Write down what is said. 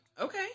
Okay